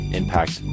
impact